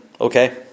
Okay